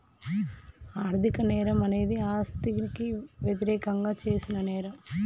ఆర్థిక నేరం అనేది ఆస్తికి వ్యతిరేకంగా చేసిన నేరం